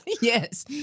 Yes